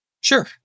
Sure